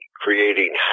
creating